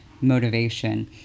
motivation